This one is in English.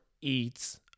eats